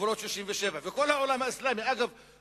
גבולות 1967. אגב,